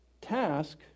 task